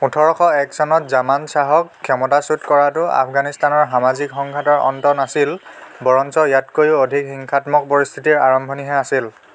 ওঠৰশ এক চনত জামান শ্বাহক ক্ষমতাচ্যুত কৰাটো আফগানিস্তানৰ সামাজিক সংঘাতৰ অন্ত নাছিল বৰঞ্চ ইয়াতকৈও অধিক হিংসাত্মক পৰিস্থিতিৰ আৰম্ভণিহে আছিল